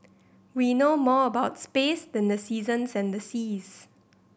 we know more about space than the seasons and the seas